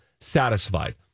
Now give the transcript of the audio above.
Satisfied